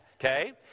okay